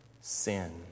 sin